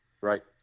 Right